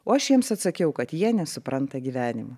o aš jiems atsakiau kad jie nesupranta gyvenimo